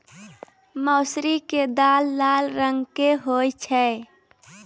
मौसरी के दाल लाल रंग के होय छै